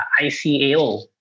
ICAO